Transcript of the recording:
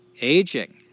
Aging